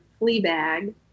Fleabag